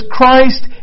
Christ